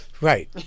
Right